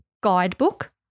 guidebook